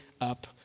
up